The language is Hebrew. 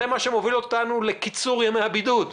זה מה שמוביל אותנו לקיצור ימי הבידוד.